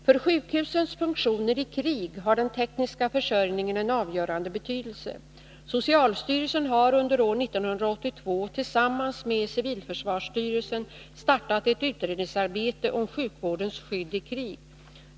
För sjukhusens funktioner i krig har den tekniska försörjningen en avgörande betydelse. Socialstyrelsen, har under år 1982 tillsammans med civilförsvarsstyrelsen startat ett utredningsarbete om sjukvårdens skydd i krig.